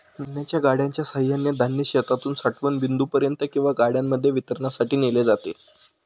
धान्याच्या गाड्यांच्या सहाय्याने धान्य शेतातून साठवण बिंदूपर्यंत किंवा गाड्यांमध्ये वितरणासाठी नेले जाते